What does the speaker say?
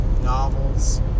novels